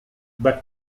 but